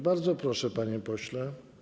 Bardzo proszę, panie pośle.